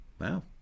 Wow